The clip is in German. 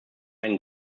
einen